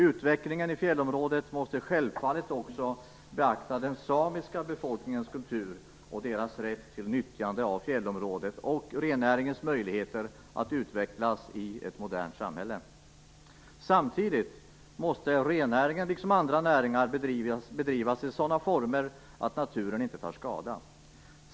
Utvecklingen i fjällområdet måste självfallet också beakta den samiska befolkningens kultur och deras rätt till nyttjande av fjällområdet samt rennäringens möjligheter att utvecklas i ett modernt samhälle. Samtidigt måste rennäringen liksom andra näringar bedrivas i sådana former att naturen inte tar skada.